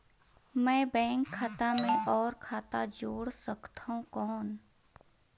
मैं बैंक खाता मे और खाता जोड़ सकथव कौन?